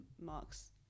marks